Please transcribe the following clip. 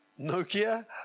Nokia